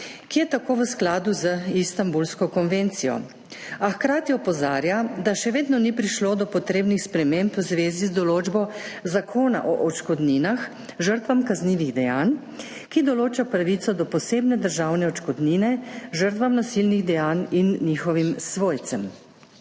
ki je tako v skladu z istanbulsko konvencijo, a hkrati opozarja, da še vedno ni prišlo do potrebnih sprememb v zvezi z določbo zakona o odškodnini žrtvam kaznivih dejanj, ki določa pravico do posebne državne odškodnine žrtvam nasilnih dejanj in njihovim svojcem.